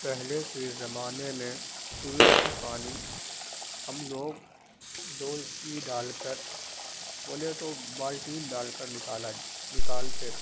پہلے کے زمانے میں کنویں سے پانی ہم لوگ ڈولچی ڈال کر بولے تو بالٹین ڈال کر نکالا ہے نکالتے تھے